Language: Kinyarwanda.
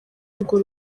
urwo